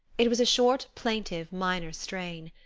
it was a short, plaintive, minor strain.